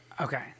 Okay